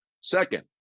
Second